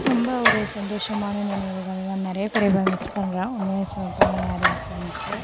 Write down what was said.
ரொம்ப ஒரு சந்தோஷமான நினைவுகள்லாம் நிறையா பேரை இப்போ மிஸ் பண்றேன் உண்மையை சொல்லப்போனால் நிறைய ஃப்ரெண்ட்ஸு